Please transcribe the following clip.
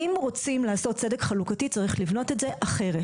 אם רוצים לעשות צדק חלוקתי צריך לבנות את זה אחרת.